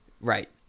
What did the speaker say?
Right